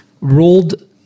rolled